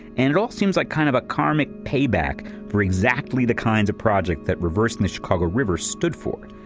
and it all seems like kind of a karmic payback for exactly the kinds of projects that reverse the chicago river stood for.